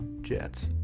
jets